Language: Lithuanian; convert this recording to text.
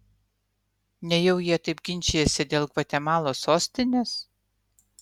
nejau jie taip ginčijasi dėl gvatemalos sostinės